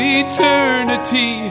eternity